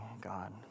God